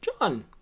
John